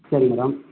சரிங்க மேடம்